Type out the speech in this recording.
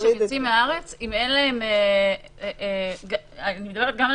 כשהם יוצאים מהארץ אני מדברת גם על